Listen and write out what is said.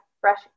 fresh